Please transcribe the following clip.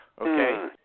Okay